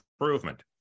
improvement